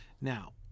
Now